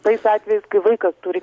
tais atvejais kai vaikas turi